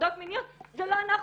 הטרדות מיניות זה לא אנחנו,